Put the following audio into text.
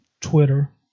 Twitter